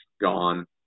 gone